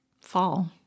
fall